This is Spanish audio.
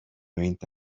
veinte